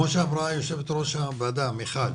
כמו שאמרה יו"ר הוועדה מיכל,